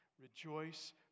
Rejoice